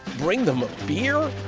bring them a beer?